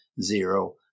zero